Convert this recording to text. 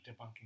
debunking